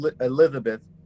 Elizabeth